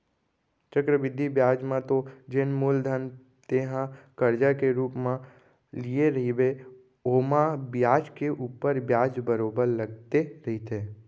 चक्रबृद्धि बियाज म तो जेन मूलधन तेंहा करजा के रुप म लेय रहिबे ओमा बियाज के ऊपर बियाज बरोबर लगते रहिथे